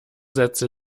sätze